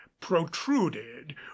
protruded